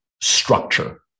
structure